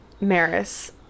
Maris